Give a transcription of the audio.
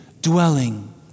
dwelling